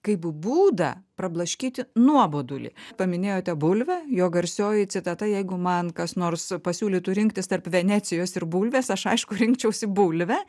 kaip būdą prablaškyti nuobodulį paminėjote bulvę jo garsioji citata jeigu man kas nors pasiūlytų rinktis tarp venecijos ir bulvės aš aišku rinkčiausi bulvę